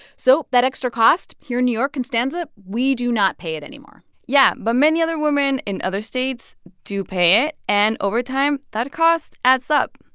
so that extra cost here in new york, constanza, we do not pay it anymore yeah. but many other women in other states do pay it. and over time, that cost adds up.